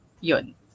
yun